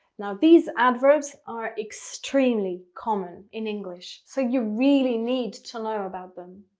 now these adverbs are extremely common in english, so you really need to know about them.